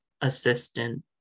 assistant